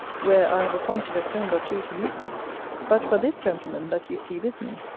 where i have appointed a friend or two to meet me but for this gentleman that you see with me,